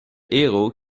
héros